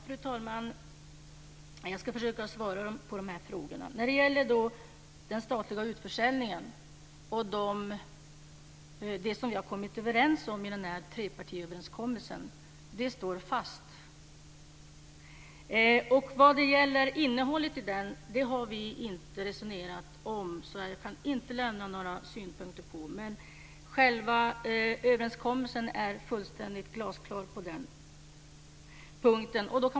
Fru talman! Jag ska försöka att svara på frågorna. Det vi har kommit överens om i trepartiöverenskommelsen om den statliga utförsäljningen står fast. Vi har inte resonerat om innehållet i överenskommelsen. Jag kan inte lämna några synpunkter där. Överenskommelsen är fullständigt glasklar på den punkten.